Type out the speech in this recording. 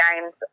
games